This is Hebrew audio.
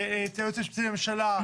את הייעוץ המשפטי לממשלה,